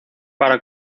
para